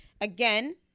again